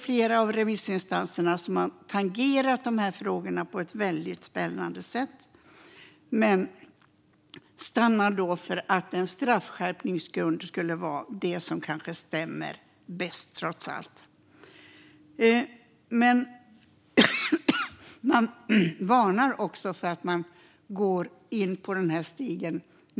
Flera av remissinstanserna har tangerat dessa frågor på ett väldigt spännande sätt men stannar för att en straffskärpning skulle vara det som kanske stämmer bäst trots allt. Dock varnar man också för att gå längre in på den här stigen.